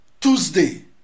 Tuesday